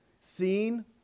Seen